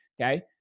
Okay